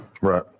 Right